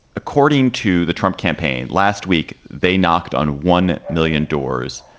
according to the trump campaign last week, they knocked on one million doors.